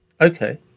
Okay